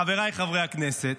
חבריי חברי הכנסת.